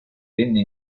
venne